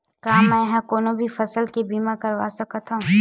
का मै ह कोनो भी फसल के बीमा करवा सकत हव?